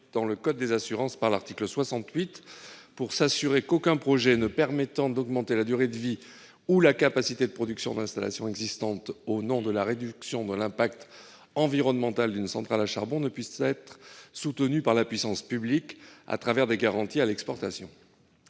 dans le code des assurances par l'article 68 : il faut s'assurer qu'aucun projet permettant d'augmenter la durée de vie ou la capacité de production d'installations existantes, au nom de la « réduction de l'impact environnemental » d'une centrale à charbon, ne puisse être soutenu par la puissance publique des garanties à l'exportation.